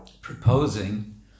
proposing